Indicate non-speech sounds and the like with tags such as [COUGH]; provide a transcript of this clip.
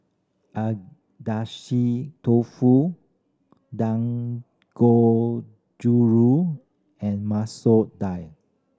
[UNINTELLIGIBLE] Dofu Dangozuru and Masoor Dal